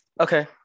Okay